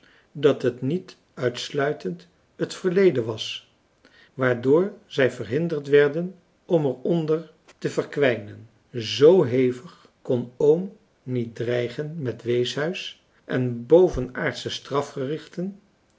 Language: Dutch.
dat het niet uitsluitend het verleden was waardoor zij verhinderd werden om er onder te verkwijnen zoo hevig kon oom niet dreigen met weeshuis en bovenaardsche